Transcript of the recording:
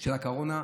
של הקורונה,